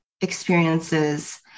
experiences